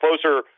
closer